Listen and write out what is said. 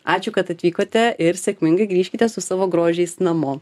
ačiū kad atvykote ir sėkmingai grįžkite su savo grožiais namo